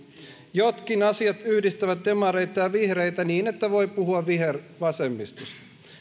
jotkin asiat yhdistävät demareita ja vihreitä niin että voi puhua vihervasemmistosta